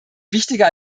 wichtiger